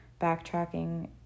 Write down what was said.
backtracking